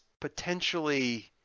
potentially